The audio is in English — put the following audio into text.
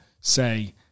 say